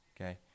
Okay